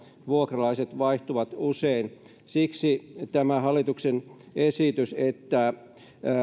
vuokralaiset vaihtuvat usein siksi tämä hallituksen esitys että